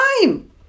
time